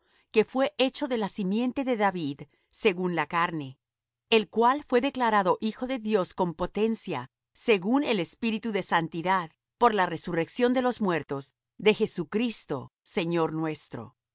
que fué hecho de la simiente de david según la carne el cual fué declarado hijo de dios con potencia según el espíritu de santidad por la resurrección de los muertos de jesucristo señor nuestro